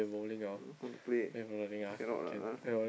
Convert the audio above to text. mm how to to play cannot lah ah